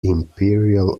imperial